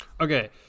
okay